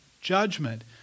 judgment